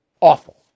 Awful